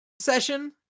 session